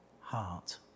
heart